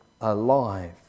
alive